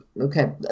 Okay